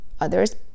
others